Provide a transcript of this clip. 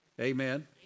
Amen